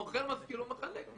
מוכר, משכיר או מחלק.